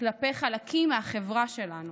כלפי חלקים מהחברה שלנו.